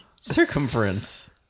Circumference